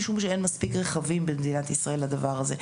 משום שאין מספיק רכבים במדינת ישראל לדבר הזה.